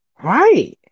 Right